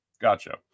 Gotcha